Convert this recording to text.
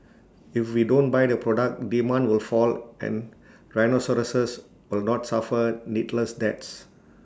if we don't buy the product demand will fall and rhinoceroses will not suffer needless deaths